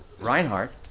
Reinhardt